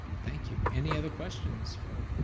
thank you. any other questions for,